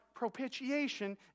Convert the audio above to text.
propitiation